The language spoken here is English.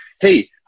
hey